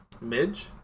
Midge